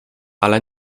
ale